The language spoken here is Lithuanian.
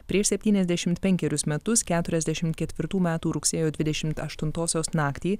prieš septyniasdešimt penkerius metus keturiasdešimt ketvirtų metų rugsėjo dvidešimt aštuntosios naktį